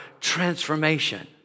transformation